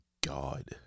God